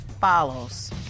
follows